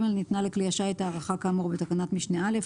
ניתנה לכלי השיט הארכה כאמור בתקנת משנה (א),